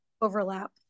overlap